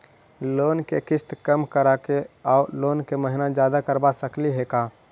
Loan के किस्त कम कराके औ लोन के महिना जादे करबा सकली हे का?